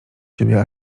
siebie